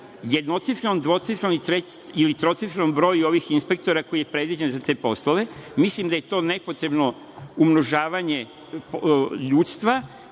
jednocifrenom, dvocifrenom ili trocifrenom broju ovih inspektora koji je predviđen za te poslove. Mislim da je to nepotrebno umnožavanje ljudska